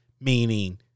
meaning